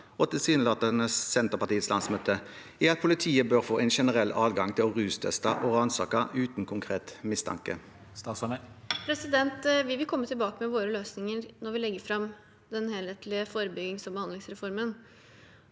og tilsynelatende Senterpartiets landsmøte i at politiet bør få en generell adgang til å rusteste og ransake uten konkret mistanke? Statsråd Emilie Mehl Vi vil komme til- bake med våre løsninger når vi legger fram den helhetlige forebyggings- og behandlingsreformen.